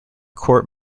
court